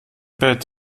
bett